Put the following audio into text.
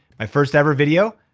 my first ever video,